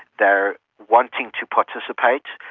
they are wanting to participate,